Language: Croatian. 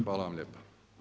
Hvala vam lijepa.